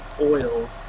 oil